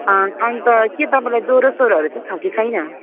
अन्त के तपाईँलाई ज्वरोसोरोहरू चाहिँ छ कि छैन